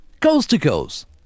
coast-to-coast